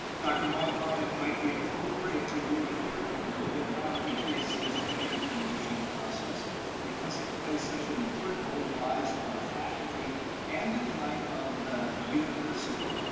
dr. noland thought that it might be appropriate for you to hear a little bit about etsu's tenure and promotion process because it plays such an important role in the lives of our faculty and in the life of the university,